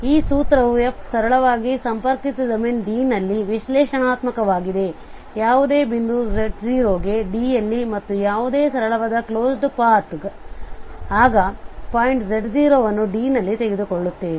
ಈ ಸೂತ್ರವು f ಸರಳವಾಗಿ ಸಂಪರ್ಕಿತ ಡೊಮೇನ್ Dನಲ್ಲಿ ವಿಶ್ಲೇಷಣಾತ್ಮಕವಾಗಿದೆ ಯಾವುದೇ ಬಿಂದು z0 ಗೆ Dಯಲ್ಲಿ ಮತ್ತು ಯಾವುದೇ ಸರಳವಾದ ಕ್ಲೋಸ್ಡ್ ಪಾತ್ C ಆಗ ಪಾಯಿಂಟ್ z0 ಅನ್ನು D ನಲ್ಲಿ ತೆಗೆದುಕೊಳ್ಳುತ್ತೇವೆ